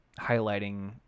highlighting